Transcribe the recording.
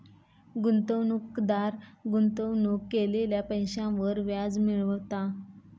गुंतवणूकदार गुंतवणूक केलेल्या पैशांवर व्याज मिळवता